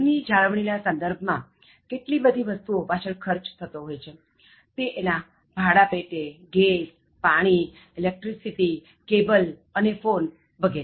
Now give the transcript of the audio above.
ઘર ની જાળવણી ના સંદર્ભ માં કેટલી બધી વસ્તુનો પુષ્કળ ખર્ચ થતો હોય છે તે એના ભાડાં પેટેગેસ પાણી ઇલેક્ટ્રીસિટીકૅબલ અને ફોન વિ